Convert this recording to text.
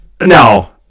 No